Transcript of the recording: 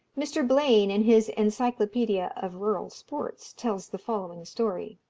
mr. blaine, in his encyclopaedia of rural sports, tells the following story